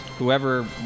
Whoever